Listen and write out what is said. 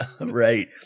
Right